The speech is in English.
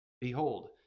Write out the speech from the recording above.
Behold